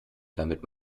damit